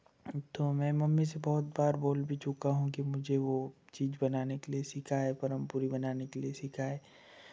तो मैं मम्मी से बहुत बार बोल भी चुका हूँ कि मुझे वो चीज़ बनाने के लिए सिखाए परम पूड़ी बनाने के लिए सिखाए